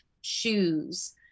shoes